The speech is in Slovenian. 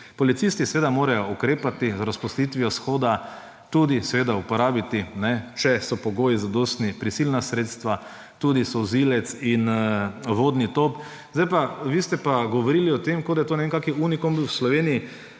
Policisti seveda morajo ukrepati z razpustitvijo shoda, tudi seveda uporabiti, če so pogoji zadostni, prisilna sredstva, tudi solzivec in vodni top. Zdaj pa, vi ste pa govorili o tem, kot da je to ne vem kak unikum v Sloveniji.